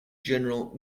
general